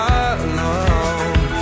alone